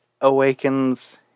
awakens